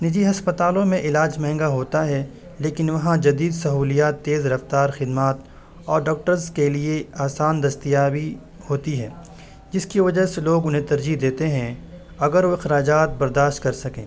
نجی ہسپتالوں میں علاج مہنگا ہوتا ہے لیکن وہاں جدید سہولیات تیز رفتار خدمات اور ڈاکٹرز کے لیے آسان دستیابی ہوتی ہے جس کی وجہ سے لوگ انہیں ترجیح دیتے ہیں اگر وہ اخراجات برداشت کر سکیں